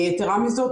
יתרה מזאת,